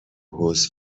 حوض